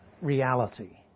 reality